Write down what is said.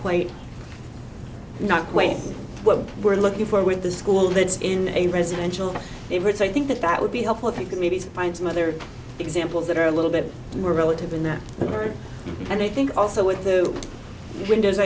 quite not quite what we're looking for with the school that's in a residential neighborhood so i think that that would be helpful if you could maybe find some other examples that are a little bit more relative in that regard and i think also with the windows